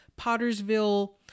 Pottersville